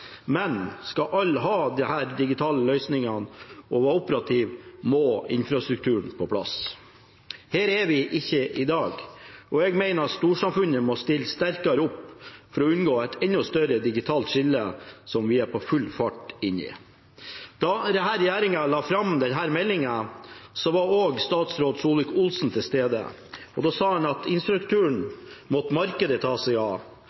men skal disse digitale løsningene være operative, må infrastrukturen på plass. Der er vi ikke i dag, og jeg mener storsamfunnet må stille sterkere opp for å unngå et enda større digitalt skille, som vi er på full fart mot. Da regjeringa la fram denne meldinga, var også statsråd Solvik-Olsen til stede. Han sa at infrastrukturen måtte markedet ta seg av,